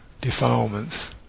defilements